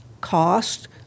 cost